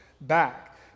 back